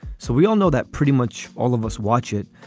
so we all know that pretty much all of us watch it.